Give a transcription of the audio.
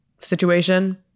situation